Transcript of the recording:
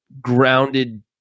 grounded